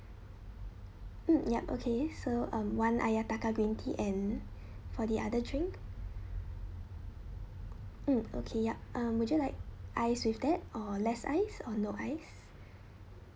mm yup okay so um one ayataka green tea and for the other drink mm okay yup um would you like ice with that or less ice or no ice